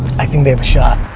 i think they have a shot.